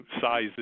size